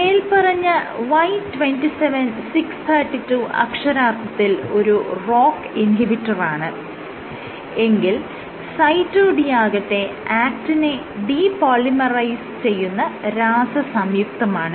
മേല്പറഞ്ഞ Y27632 അക്ഷരാർത്ഥത്തിൽ ഒരു ROCK ഇൻഹിബിറ്ററാണ് എങ്കിൽ Cyto D ആകട്ടെ ആക്റ്റിനെ ഡീപോളിമറൈസ് ചെയ്യുന്ന രാസസംയുക്തമാണ്